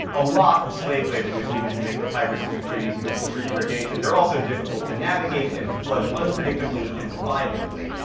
a lot of slave labor was needed to make the tigris and euphrates useful for irrigation they're difficult to navigate and flood unpredictably and violently.